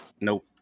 Nope